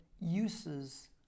uses